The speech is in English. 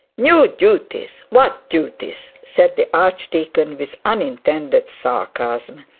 new duties! what duties said the archdeacon, with unintended sarcasm.